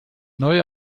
neue